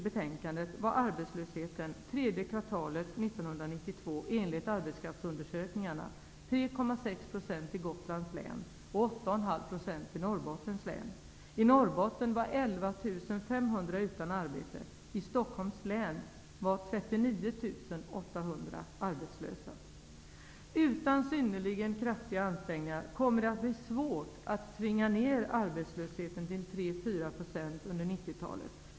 11 500 personer utan arbete, och i Stockholms län var 39 800 arbetslösa. Utan synnerligen kraftiga ansträngningar kommer det att bli svårt att tvinga ner arbetslösheten till 3-4 % under 90-talet.